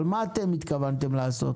אבל מה אתם התכוונתם לעשות